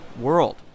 world